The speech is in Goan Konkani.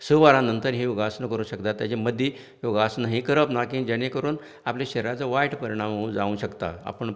स वरां नंतर ही योगासनां करूंक शकतात तेचें मदीं योगासनां ही करप ना की जेणे करून आपल्या शरिराचो वायट परिणाम जावंक शकता